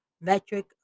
metric